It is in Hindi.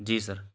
जी सर